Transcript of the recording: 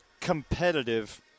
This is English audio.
competitive